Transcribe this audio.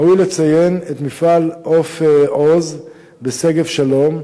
ראוי לציין את מפעל "עוף עוז" בשגב-שלום,